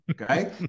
Okay